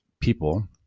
people